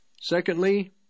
Secondly